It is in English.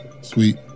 Sweet